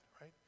right